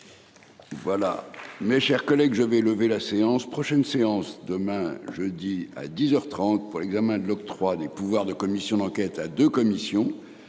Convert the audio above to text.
Voilà, mes chers collègues, je vais lever la séance prochaine séance demain jeudi à 10h 30 pour les gamins de l'octroi des pouvoirs de commission d'enquête à de commissions.